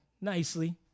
nicely